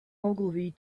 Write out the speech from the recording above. ogilvy